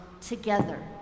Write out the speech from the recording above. together